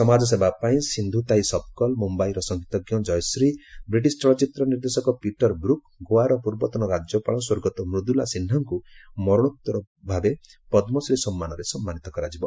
ସମାଜ ସେବା ପାଇଁ ସିନ୍ଧୁତାଇ ସପକଲ ମୁମ୍ୟାଇର ସଙ୍ଗୀତଜ୍ଞ ଜୟଶ୍ରୀ ବ୍ରିଟିଶ ଚଳଚ୍ଚିତ୍ର ନିର୍ଦ୍ଦେଶକ ପିଟର ବ୍ରୁକ୍ ଗୋଆର ପୂର୍ବତନ ରାଜ୍ୟପାଳ ସ୍ୱର୍ଗତ ମୃଦୁଲା ସିହ୍ନାଙ୍କୁ ମରଣୋତ୍ତରଭାବେ ପଦ୍କଶ୍ରୀ ସମ୍ମାନରେ ସମ୍ମାନୀତ କରାଯିବ